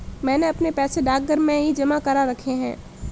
मैंने अपने पैसे डाकघर में ही जमा करा रखे हैं